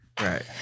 Right